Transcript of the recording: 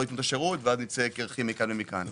ייתנו את השירות ונצא קירחים מכאן ומכאן.